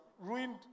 ruined